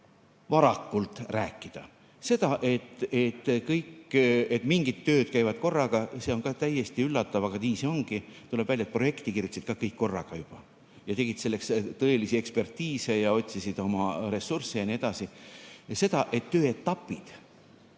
varakult rääkida. Seda, et mingid tööd käivad korraga, on ka täiesti üllatav, aga nii see ongi. Tuleb välja, et projekti kirjutasid ka kõik korraga ja tegid selleks tõelisi ekspertiise ja otsisid oma ressursse jne. See, et töö etappe